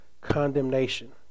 condemnation